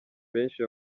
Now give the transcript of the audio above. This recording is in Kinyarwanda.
benshi